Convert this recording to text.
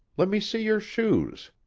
let me see your shoes.